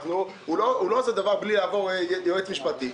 הוא לא עושה דבר בלי לעבור יועץ משפטי.